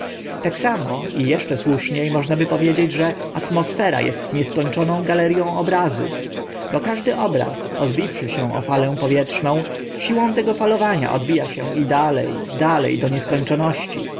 tak samo i eszcze słusznie można by powiedzieć że atmosfera est nieskończoną galerią obrazów bo każdy obraz odbiwszy się o falę powietrzną siłą tego falowania odbija się i dale dale do nieskończoności